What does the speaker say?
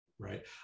Right